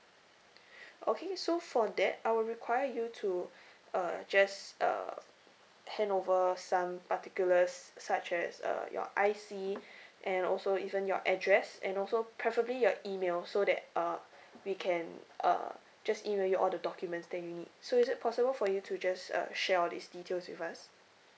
okay so for that I will require you to uh just uh hand over some particulars such as uh your I_C and also even your address and also preferably your email so that uh we can uh just email you all the documents that you need so is it possible for you to just uh share all these details with us